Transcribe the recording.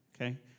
Okay